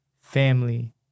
family